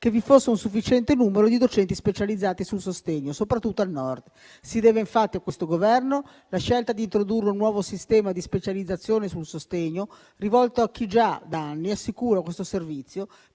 che vi fosse un sufficiente numero di docenti specializzati sul sostegno, soprattutto al Nord. Si deve infatti a questo Governo la scelta di introdurre un nuovo sistema di specializzazione sul sostegno rivolto a chi già da anni assicura questo servizio,